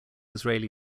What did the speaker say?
israeli